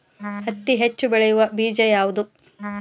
ಹತ್ತಿ ಹೆಚ್ಚ ಬೆಳೆಯುವ ಬೇಜ ಯಾವುದು?